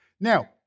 now